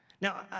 Now